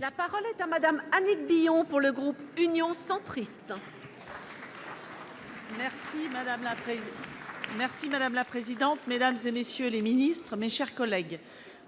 La parole est à Mme Annick Billon, pour le groupe Union Centriste. Madame la présidente, mesdames, messieurs les ministres, mes chers collègues,